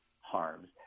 harms